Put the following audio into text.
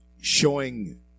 showing